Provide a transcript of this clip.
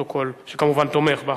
שכמובן תומך בחוק,